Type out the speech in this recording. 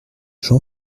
jean